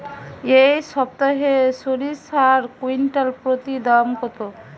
এই সপ্তাহে সরিষার কুইন্টাল প্রতি দাম কত?